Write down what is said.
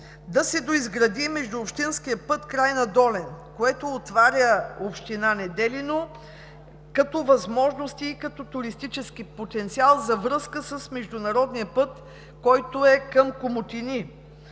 да се доизгради междуобщинският път Крайна – Долен, което отваря община Неделино като възможности и като туристически потенциал за връзка с международния път, който е към Комотини.